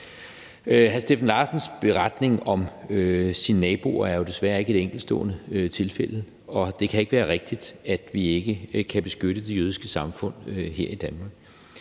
Hr. Steffen Larsens beretning om sin nabo er jo desværre ikke et enkeltstående tilfælde, og det kan ikke være rigtigt, at vi ikke kan beskytte de jødiske samfund her i Danmark.